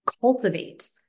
cultivate